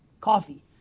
Coffee